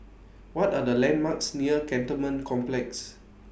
What Are The landmarks near Cantonment Complex